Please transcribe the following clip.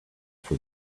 for